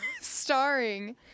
Starring